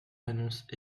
annonce